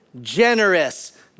generous